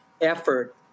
effort